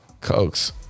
Cokes